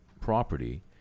property